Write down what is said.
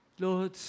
Lord